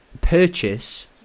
purchase